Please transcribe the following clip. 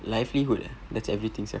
livelihood ah that's everything sia